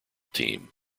team